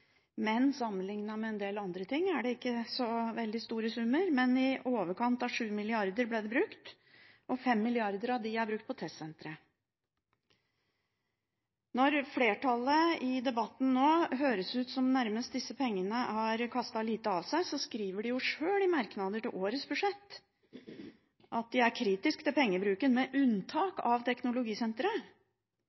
men sammenlignet med en del andre ting er det ikke så veldig store summer. Det ble brukt i overkant av 7 mrd. kr, og 5 mrd. kr av dem er blitt brukt på testsenteret. Når det ut fra flertallet i debatten nå nærmest høres ut som om disse pengene har kastet lite av seg, skriver de jo sjøl i merknader til årets budsjett at de er kritiske til pengebruken, med unntak av Teknologisenteret.